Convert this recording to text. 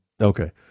Okay